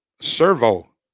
servo